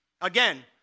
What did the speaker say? Again